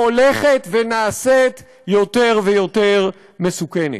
שהולכת ונעשית יותר ויותר מסוכנת.